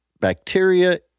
bacteria